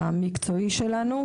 היישום.